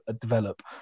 develop